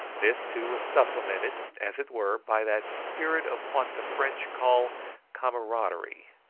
this, too, was supplemented, as it were, by that spirit of what the french call camaraderie,